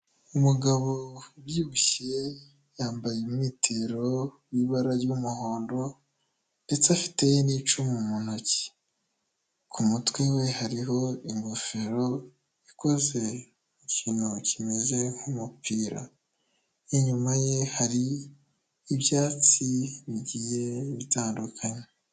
Umugabo ubyibushye, yambaye umwitero w'ibara ry'umuhondo ndetse afite n'icumu mu ntoki, ku mutwe we hariho ingofero ikoze mu kintu kimeze nk'umupira, inyuma ye hari ibyatsi bigiye bitandukanye.